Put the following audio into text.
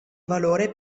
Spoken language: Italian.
valore